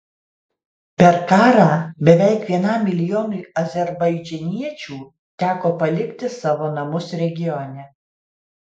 per karą beveik vienam milijonui azerbaidžaniečių teko palikti savo namus regione